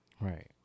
Right